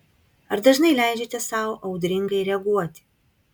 ar dažnai leidžiate sau audringai reaguoti